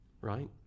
right